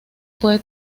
puede